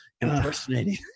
impersonating